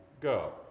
go